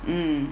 mm